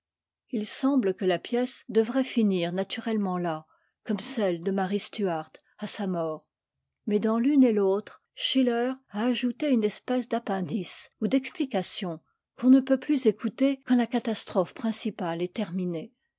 il semble que la pièce devrait finir naturellement là comme celle de marie stuart à sa mort mais dans l'une et l'autre schiller a ajouté une espèce d'appendice ou d'explication qu'on ne peut plus écouter quand la catastrophe principale est terminée